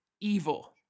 evil